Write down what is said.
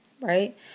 right